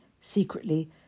Secretly